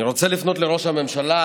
אני רוצה לפנות לראש הממשלה,